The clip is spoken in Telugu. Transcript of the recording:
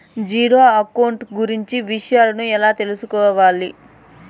జీరో అకౌంట్ కు గురించి విషయాలను ఎలా తెలుసుకోవాలి?